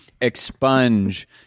expunge